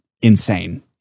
Insane